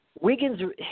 Wiggins